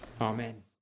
Amen